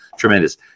tremendous